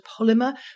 polymer